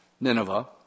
Nineveh